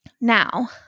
Now